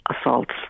assaults